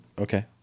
Okay